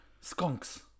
skunks